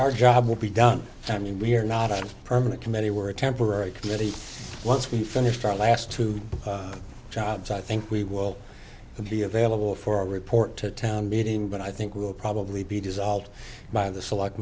our job will be done i mean we're not a permanent committee were a temporary committee once we finished our last two jobs i think we will be available for a report to town meeting but i think we'll probably be does by the select